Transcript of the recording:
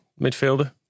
midfielder